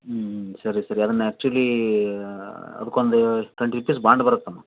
ಹ್ಞೂ ಹ್ಞೂ ಸರಿ ಸರಿ ಅದನ್ನು ಆ್ಯಕ್ಚುಲಿ ಅದಕ್ಕೊಂದು ಟ್ವೆಂಟಿ ರುಪೀಸ್ ಬಾಂಡ್ ಬರುತ್ತಮ್ಮ